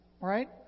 right